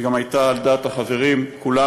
היא גם הייתה על דעת החברים כולם,